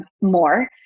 more